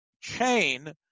chain